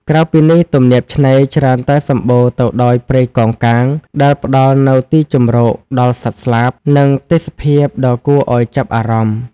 ក្រៅពីនេះ ទំនាបឆ្នេរច្រើនតែសំបូរទៅដោយព្រៃកោងកាង ដែលផ្តល់នៅទីជម្រកដល់សត្វស្លាប និងទេសភាពដ៏គួរឲ្យចាប់អារម្មណ៏។